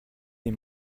des